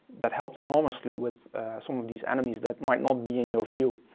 that helped enormously with some of these enemies that might not be in your view,